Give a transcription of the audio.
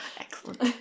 Excellent